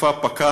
ותוקפה פקע